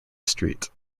street